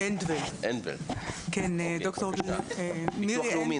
כן, דוקטור מירי אנדבלד,